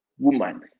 woman